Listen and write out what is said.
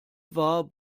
war